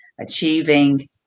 achieving